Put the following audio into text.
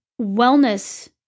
wellness